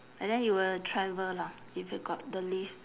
and then you will travel lah if you got the leave